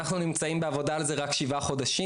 אנחנו נמצאים בעבודה על זה רק שבעה חודשים,